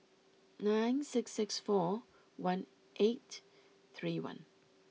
nine six six four one eight three one